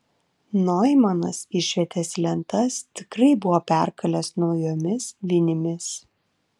noimanas išvietės lentas tikrai buvo perkalęs naujomis vinimis